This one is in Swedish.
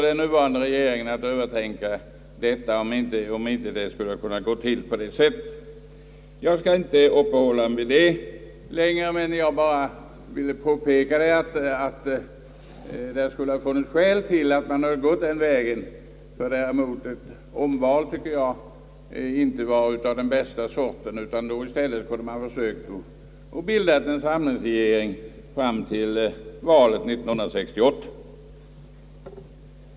Den nuvarande regeringen borde enligt min mening haft anledning att övertänka om det inte kunde ha gått till på detta sätt. Ett nyval hade alltså inte varit den bästa vägen, men jag har velat peka på att man som sagt i stället kunde ha försökt bilda en samlingsregering för tiden fram till valet 1968.